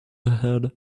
ahead